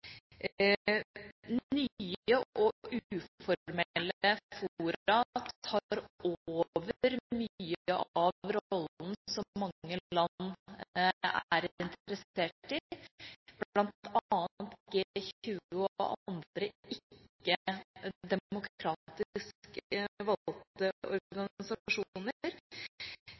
Nye og uformelle fora tar over mye av den rollen som mange land er interessert i – bl.a. G20 og andre ikke-demokratisk valgte